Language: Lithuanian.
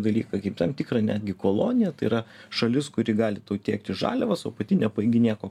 dalyką kaip tam tikrą netgi koloniją tai yra šalis kuri gali tiekti žaliavas o pati nepajėgi nieko